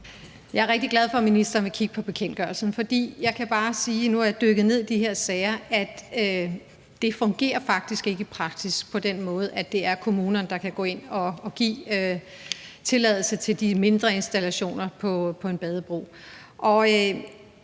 Jeg er rigtig glad for, at ministeren vil kigge på bekendtgørelsen, for jeg kan bare sige – og nu har jeg dykket ned i de her sager – at det fungerer faktisk ikke i praksis på den måde, at det er kommunerne, der kan gå ind og give tilladelse til de mindre installationer på en badebro.